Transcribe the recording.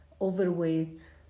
overweight